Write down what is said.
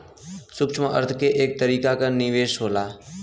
सूक्ष्म अर्थ एक तरीके क निवेस होला